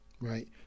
right